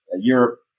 Europe